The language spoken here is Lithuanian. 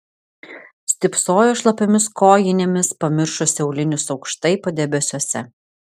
stypsojo šlapiomis kojinėmis pamiršusi aulinius aukštai padebesiuose